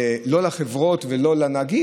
לא לחברות ולא לנהגים.